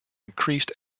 increased